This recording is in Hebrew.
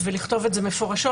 ולכתוב את זה מפורשות,